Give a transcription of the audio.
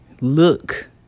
Look